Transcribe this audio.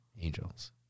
Angels